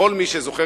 כל מי שזוכר,